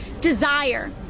desire